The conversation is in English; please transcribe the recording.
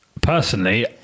personally